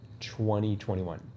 2021